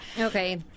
Okay